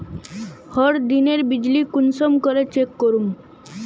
हर दिनेर बिजली बिल कुंसम करे चेक करूम?